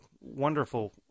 wonderful